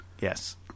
Yes